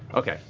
okay.